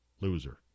loser